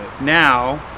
Now